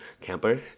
camper